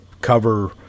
cover